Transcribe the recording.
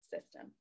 system